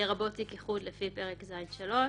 לרבות תיק איחוד לפי פרק ז'3,